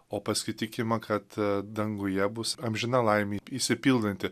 o paskui tikima kad a danguje bus amžina laimė išsipildanti